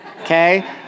okay